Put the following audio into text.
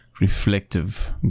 Reflective